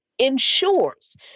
ensures